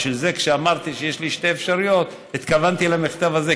כשאמרתי שיש לי שתי אפשרויות התכוונתי למכתב הזה,